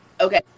okay